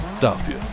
Dafür